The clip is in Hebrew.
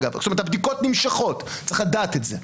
הבדיקות נמשכות, צריך לדעת את זה.